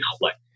collect